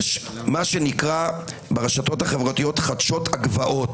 יש מה שנקרא ברשתות החברתיות "חדשות הגבעות"